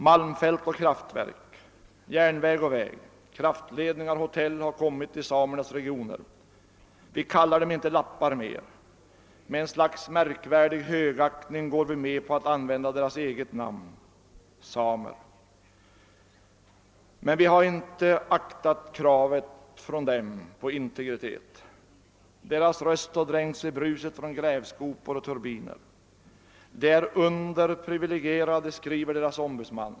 Malmfält och kraftverk, järnväg och väg, kraftledningar och hotell har kommit till samernas regioner. Vi kallar dem inte lappar mer — med ett slags märkvärdig högaktning går vi med på att använda deras eget namn, samer. Men vi har inte aktat deras krav på integritet. Deras röst har dränkts i bruset från grävskopor och turbiner. De är underprivilegierade, skriver deras ombudsman.